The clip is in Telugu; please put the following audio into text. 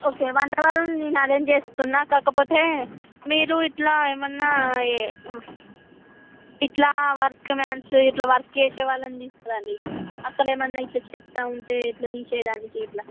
ఓకే వంటవాళ్ళని నేను ఎరేంజ్ చేస్తున్నాను కాకపోతే మీరు ఇట్లా ఏమన్నా ఏ ఇట్లా వర్క్ మాన్స్ ఇట్లా వర్క్ చేసేవాళ్ళని తీసుకురాండి అక్కడేమన్నా ఇట్లా చెత్త ఉంటే ఇట్ల తీసేదానికి ఇట్లా